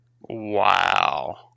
Wow